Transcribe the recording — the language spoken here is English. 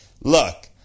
Look